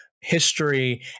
history